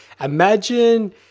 imagine